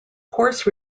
course